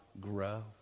grow